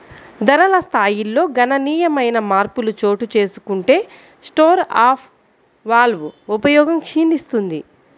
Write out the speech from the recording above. ధరల స్థాయిల్లో గణనీయమైన మార్పులు చోటుచేసుకుంటే స్టోర్ ఆఫ్ వాల్వ్ ఉపయోగం క్షీణిస్తుంది